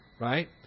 Right